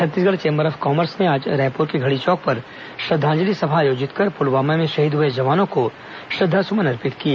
Chhattisgarh chamber of commerce ने आज रायपुर के घड़ी चौक पर श्रद्दाजलि सभा आयोजित कर पुलवामा में शहीद हुए जवानों को श्रद्धासुमन अर्पित किए